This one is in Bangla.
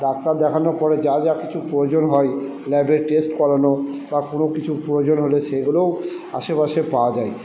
ডাক্তার দেখানোর পরে যা যা কিছুর প্রয়োজন হয় ল্যাবের টেস্ট করানো বা কোনো কিছুর প্রয়োজন হলে সেগুলোও আশেপাশে পাওয়া যায়